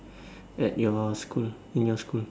at your school in your school